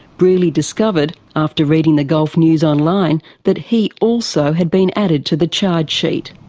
brearley discovered after reading the gulf news online that he also had been added to the charge sheet.